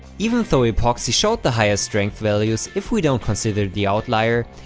even though epoxy showed the highest strength values if we don't consider the outlier,